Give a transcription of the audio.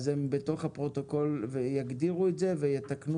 אז הם בתוך הפרוטוקול ויגדירו את זה ויתקנו